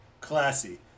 classy